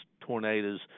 tornadoes